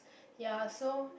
ya so